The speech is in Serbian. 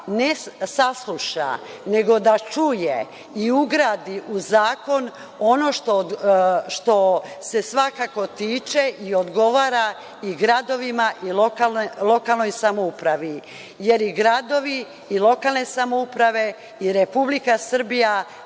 ne sasluša nego da čuje i ugradi u zakon ono što se svakako tiče i odgovara i gradovima i lokalnoj samoupravi jer i gradovi i lokalne samouprave i RS rade